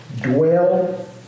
dwell